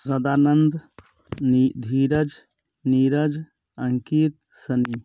सदानंद नी धीरज नीरज अंकित